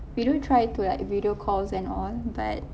we do try to like video calls and all but